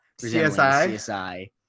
CSI